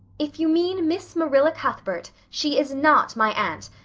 if you mean miss marilla cuthbert, she is not my aunt,